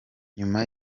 nyuma